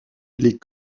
les